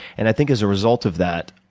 and i think as a result of that,